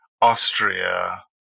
Austria